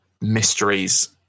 mysteries